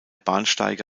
bahnsteige